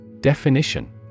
Definition